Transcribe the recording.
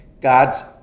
god's